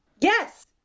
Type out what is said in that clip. Yes